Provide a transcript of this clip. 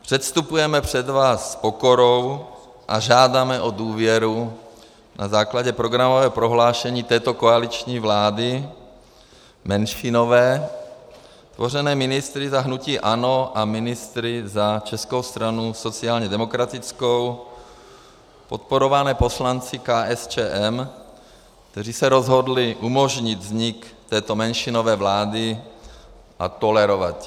Předstupujeme před vás s pokorou a žádáme o důvěru na základě programového prohlášení této koaliční vlády menšinové, tvořené ministry za hnutí ANO a ministry za Českou stranu sociálně demokratickou, podporované poslanci KSČM, kteří se rozhodli umožnit vznik této menšinové vlády a tolerovat ji.